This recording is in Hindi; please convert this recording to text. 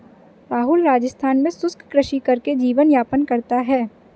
राहुल राजस्थान में शुष्क कृषि करके जीवन यापन करता है